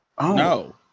No